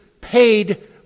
paid